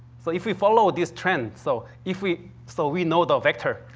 so, if we follow this trend. so, if we so, we know the vector,